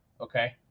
okay